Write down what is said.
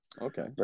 Okay